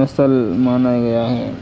नस्ल माना गया है